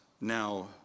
now